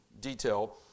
detail